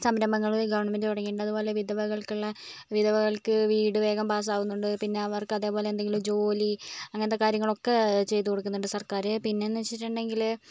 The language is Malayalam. സംരംഭങ്ങൾ ഗവെർൻമെൻറ്റ് തുടങ്ങീട്ടുണ്ട് അതുപോലെ തന്നെ വിധവകൾക്കുള്ള വിധവകൾക്ക് വീട് വേഗം പാസ്സാകുന്നുണ്ട് പിന്നെ അവർക്ക് അതുപോലെ എന്തെങ്കിലും ജോലി അങ്ങനത്തെ കാര്യങ്ങൾ ഒക്കെ ചെയ്തു കൊണ്ടുക്കുന്നുണ്ട് സർക്കാർ പിന്നെ എന്ന് വെച്ചിട്ടുണ്ടെങ്കിൽ